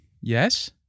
Yes